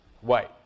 White